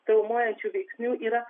traumuojančių veiksnių yra